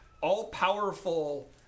all-powerful